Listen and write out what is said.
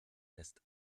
lässt